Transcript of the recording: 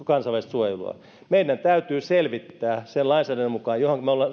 kansainvälistä suojelua meidän täytyy selvittää sen lainsäädännön mukaan johon me olemme